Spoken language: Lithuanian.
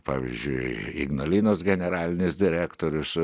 pavyzdžiui ignalinos generalinis direktorius